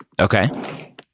Okay